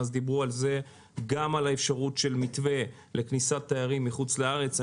דיברו גם על האפשרות של מתווה לכניסת תיירים מחוץ לארץ.